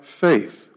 faith